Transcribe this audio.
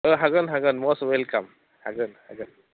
हागोन हागोन मस्ट अवेलकाम हागोन हागोन